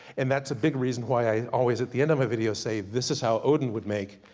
and that's a big reason why i always, at the end of my videos say this is how odin would make.